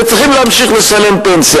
וצריכים להמשיך לשלם פנסיה.